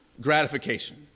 gratification